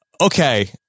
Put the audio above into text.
Okay